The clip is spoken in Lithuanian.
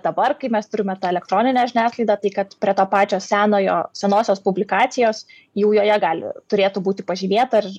dabar kai mes turime tą elektroninę žiniasklaidą tai kad prie to pačio senojo senosios publikacijos jau joje gali turėtų būti pažymėta ir